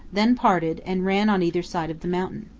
then parted, and ran on either side of the mountain.